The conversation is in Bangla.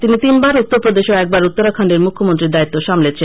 তিনি তিনবার উত্তরপ্রদেশ ও একবার উত্তরাখন্ডের মুখ্যমন্ত্রীর দায়িত্ব সামলেছেন